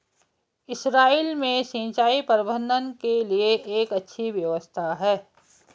Israel में सिंचाई प्रबंधन के लिए एक अच्छी व्यवस्था है